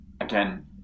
again